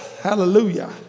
Hallelujah